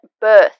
birth